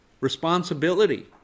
responsibility